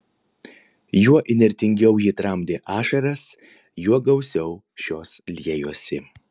juo įnirtingiau ji tramdė ašaras juo gausiau šios liejosi